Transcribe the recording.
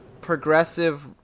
progressive